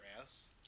ass